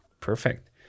Perfect